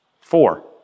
Four